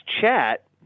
chat